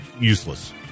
useless